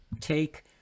take